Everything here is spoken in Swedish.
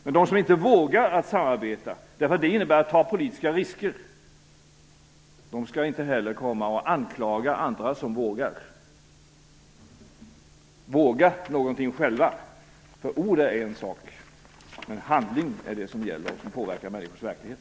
Men de som inte vågar att samarbeta därför att det innebär att ta politiska risker skall inte heller komma och anklaga andra som vågar. Våga någonting själva! Ord är en sak, men handling är det som gäller, och det påverkar människors verklighet.